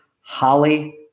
Holly